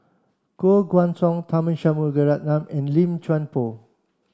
Koh Guan Song Tharman Shanmugaratnam and Lim Chuan Poh